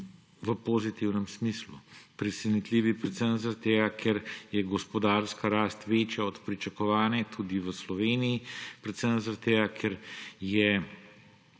pozitivnem smislu. Presenetljivem predvsem zaradi tega, ker je gospodarska rast večja od pričakovane tudi v Sloveniji, predvsem zaradi tega, ker je